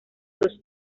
los